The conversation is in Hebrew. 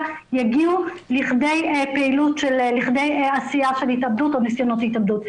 יגיעו לכדי עשייה של התאבדות או ניסיונות התאבדות.